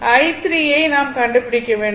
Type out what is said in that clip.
i3 யை நாம் கண்டுபிடிக்க வேண்டும்